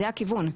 זה הכיוון.